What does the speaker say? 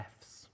Fs